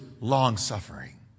long-suffering